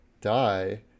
die